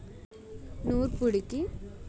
నూర్పుడికి టయమయ్యింది కదా పొలానికి ఎల్దామా మరి